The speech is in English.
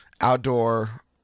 outdoor